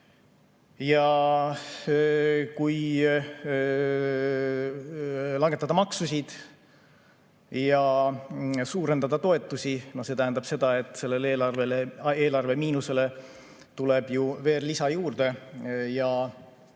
Kui langetada maksusid ja suurendada toetusi, siis see tähendab seda, et eelarvemiinusele tuleb veel lisa juurde.